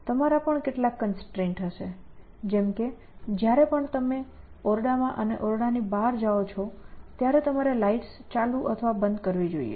તમારા પણ કેટલાક કન્સ્ટ્રેઇન્ટ્સ હશે જેમ કે જ્યારે પણ તમે ઓરડામાં અને ઓરડાની બહાર જાઓ છો ત્યારે તમારે લાઇટ્સ ચાલુ અથવા બંદ કરવી જોઈએ